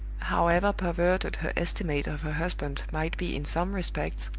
however perverted her estimate of her husband might be in some respects,